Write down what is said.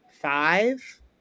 five